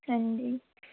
हां जी